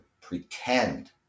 pretend